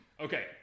Okay